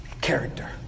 Character